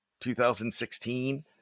2016